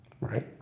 right